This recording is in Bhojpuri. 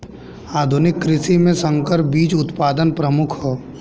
आधुनिक कृषि में संकर बीज उत्पादन प्रमुख ह